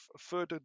further